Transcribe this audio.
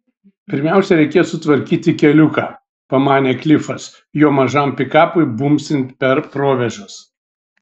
pirmiausia reikės sutvarkyti keliuką pamanė klifas jo mažam pikapui bumbsint per provėžas